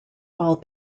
all